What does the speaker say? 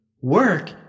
Work